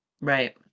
Right